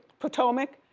potomac?